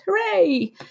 Hooray